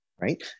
right